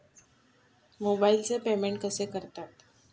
मोबाइलचे पेमेंट कसे करतात?